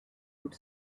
could